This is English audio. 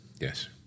Yes